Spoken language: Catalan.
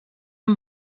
amb